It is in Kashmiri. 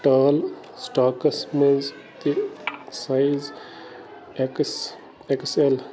ٹال سٕٹاکس منٛز تہِ سایِز ایٚکٕس ایٚکٕس ایٚل